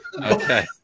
Okay